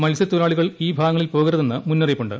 മൽസ്യത്തൊഴിലാളികൾ ഈ ഭാഗങ്ങളിൽ പോകരുതെന്ന് മുന്നറിയിപ്പുണ്ട്